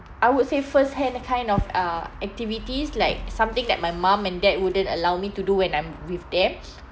I would say first hand uh kind of uh activities like something that my mum and dad wouldn't allow me to do when I'm with them